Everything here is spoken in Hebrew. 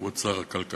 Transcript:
כבוד שר הכלכלה,